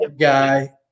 Guy